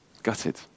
gutted